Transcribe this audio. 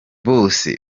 bose